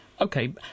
Okay